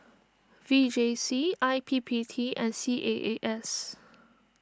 V J C I P P T and C A A S